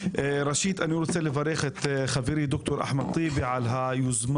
ראשית אני רוצה לברך את חברי ד"ר אחמד טיבי על היוזמה,